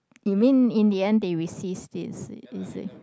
you mean in the end they resist it is it is it